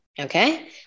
okay